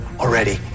already